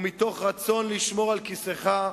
ומתוך רצון לשמור על כיסאך,